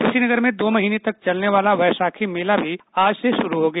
कुशीनगर में दो महीने तक चलने वाला वैशाखी मेला भी आज से शुरू हो गया